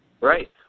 Right